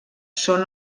són